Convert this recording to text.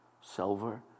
silver